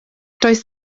does